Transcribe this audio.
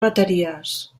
bateries